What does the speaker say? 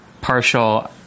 partial